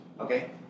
okay